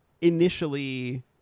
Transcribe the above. initially